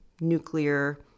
nuclear